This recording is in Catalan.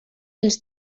els